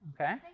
Okay